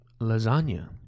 lasagna